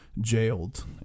Jailed